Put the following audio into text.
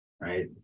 right